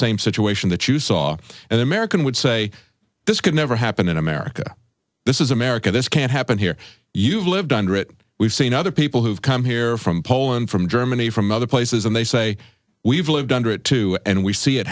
same situation that you saw an american would say this could never happen in america this is america this can't happen here you've lived under it we've seen other people who've come here from poland from germany from other places and they say we've lived under it too and we see it